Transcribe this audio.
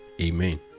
Amen